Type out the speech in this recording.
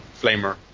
flamer